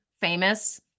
famous